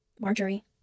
Marjorie